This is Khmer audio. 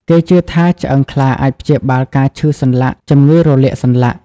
គេជឿថាឆ្អឹងខ្លាអាចព្យាបាលការឈឺសន្លាក់ ជំងឺរលាកសន្លាក់។